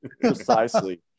precisely